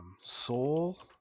soul